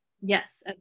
Yes